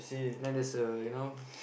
then there's a you know